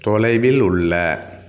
தொலைவில் உள்ள